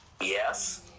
Yes